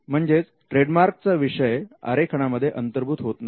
म्हणजेच ट्रेडमार्क चा विषय आरेखनामध्ये अंतर्भूत होत नाही